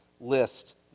list